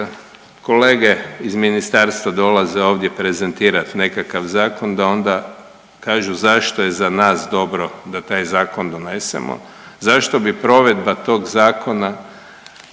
kada kolege iz ministarstva dolaze ovdje prezentirat nekakav zakon da onda kažu zašto je za nas dobro da taj zakon donesemo, zašto bi provedba tog zakona